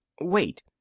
wait